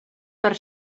per